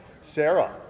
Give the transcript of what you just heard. Sarah